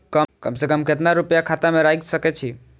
कम से कम केतना रूपया खाता में राइख सके छी?